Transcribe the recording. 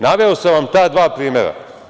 Naveo sam vam ta dva primera.